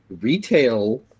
Retail